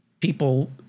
people